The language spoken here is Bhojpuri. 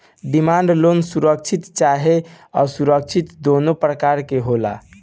डिमांड लोन सुरक्षित चाहे असुरक्षित दुनो प्रकार के होला